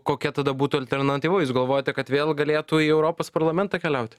kokia tada būtų alternatyva jūs galvojate kad vėl galėtų į europos parlamentą keliauti